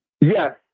Yes